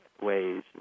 ways